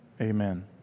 amen